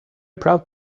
proud